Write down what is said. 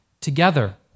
together